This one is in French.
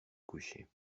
coucher